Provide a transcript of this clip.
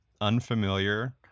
unfamiliar